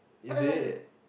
is it